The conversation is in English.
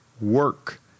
work